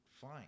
fine